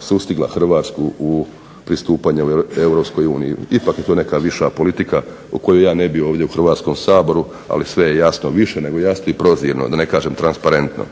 sustigla Hrvatsku u pristupanje Europskoj uniji. Ipak je to neka viša politika o kojoj ja ne bi ovdje u Hrvatskom saboru, ali sve je jasno više nego jasno i prozirno da ne kažem transparentno.